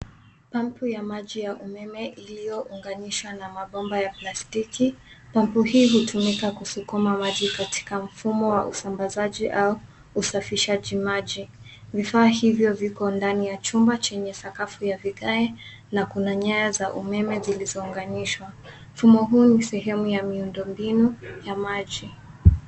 Pampu ya maji ya umeme iliyounganisha na mabomba ya plastiki. Pampu hii hutumika kusukuma maji katika mfumo wa usambazaji au usafishaji maji. Vifaa hivyo viko ndani ya chumba chenye sakafu ya vigae na kuna nyaya za umeme zilizounganishwa. Mfumo huu ni sehemu ya miundo mbinu ya maji.